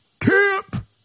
camp